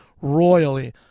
royally